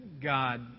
God